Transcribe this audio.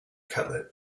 cutlet